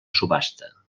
subhasta